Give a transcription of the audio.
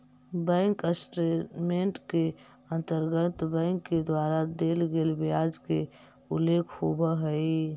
bank statement के अंतर्गत bank के द्वारा देल गेल ब्याज के उल्लेख होवऽ हइ